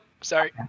Sorry